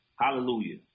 Hallelujah